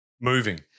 moving